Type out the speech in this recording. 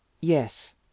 Yes